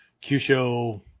Q-Show